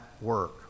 work